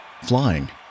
flying